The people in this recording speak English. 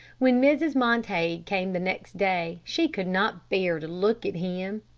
when mrs. montague came the next day, she could not bear to look at him.